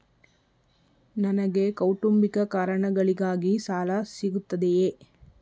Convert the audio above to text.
ನನಗೆ ಕೌಟುಂಬಿಕ ಕಾರಣಗಳಿಗಾಗಿ ಸಾಲ ಸಿಗುತ್ತದೆಯೇ?